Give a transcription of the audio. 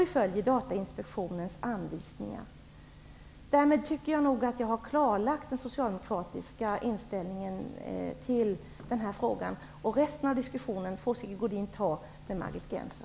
Vi följer också Därmed tycker jag nog att jag har klarlagt den socialdemokratiska inställningen i denna fråga. Om Sigge Godin vill fortsätta den här diskussionen får han föra den med Margit Gennser.